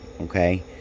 Okay